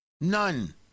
None